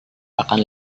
akan